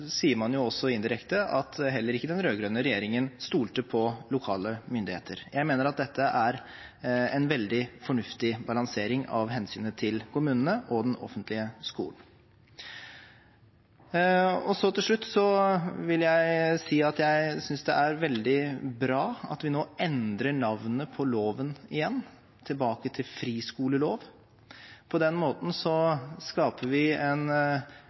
sier man også indirekte at heller ikke den rød-grønne regjeringen stolte på lokale myndigheter. Jeg mener at dette er en veldig fornuftig balansering av hensyn til kommunene og den offentlige skolen. Til slutt vil jeg si at jeg synes det er veldig bra at vi nå endrer navnet på loven igjen, tilbake til «friskoleloven». På den måten skaper vi en